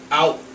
out